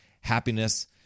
happiness